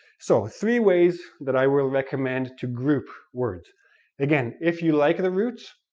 so, three ways that i will recommend to group words again, if you like the roots,